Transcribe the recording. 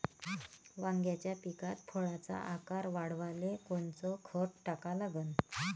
वांग्याच्या पिकात फळाचा आकार वाढवाले कोनचं खत टाका लागन?